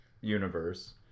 universe